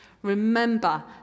Remember